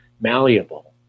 malleable